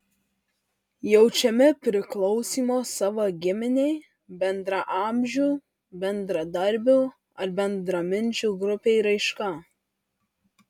jaučiami priklausymo savo giminei bendraamžių bendradarbių ar bendraminčių grupei raiška